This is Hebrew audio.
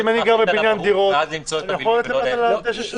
אם אני גר בבניין דירות אני יכול לרדת למטה לדשא.